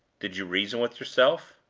did you reason with yourself?